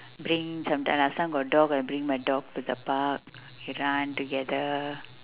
bring sometime last time got dog I bring my dog to the park we run together